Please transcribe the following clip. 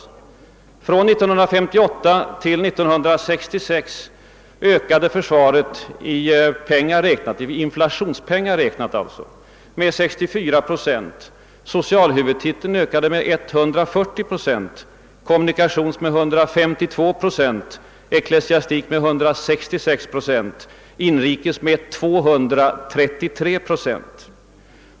Från 1958 till 1966 ökade försvarskostnaderna i inflationspengar räknat med 64 procent, socialhuvudtiteln med 140 procent, kommunikationshuvudtiteln med 152 procent, ecklesiastikhuvudtiteln med 166 procent och inrikeshuvudtiteln med 233 procent.